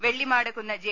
Vellimadukunnu J